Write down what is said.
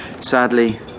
Sadly